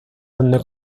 donde